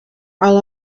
all